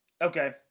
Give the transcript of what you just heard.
Okay